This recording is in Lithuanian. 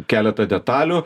keletą detalių